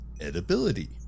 edibility